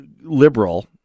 liberal